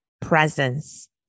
presence